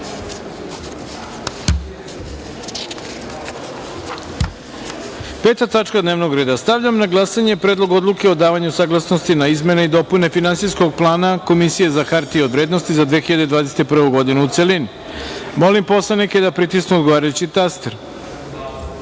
tačka dnevnog reda – Stavljam na glasanje Predlog odluke o davanju saglasnosti na izmene i dopune Finansijskog plana Komisije za hartije od vrednosti za 2021. godinu, u celini. Molim poslanike da pritisnu odgovarajući